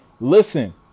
listen